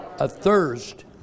athirst